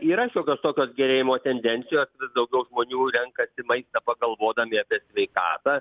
yra šiokios tokios gerėjimo tendencijos vis daugiau žmonių renkasi maistą pagalvodami apie sveikatą